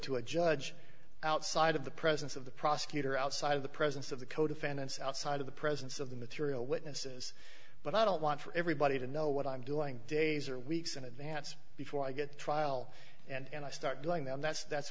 to a judge outside of the presence of the prosecutor outside of the presence of the co defendants outside of the presence of the material witnesses but i don't want for everybody to know what i'm doing days or weeks in advance before i get to trial and i start doing them that's that's